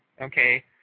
okay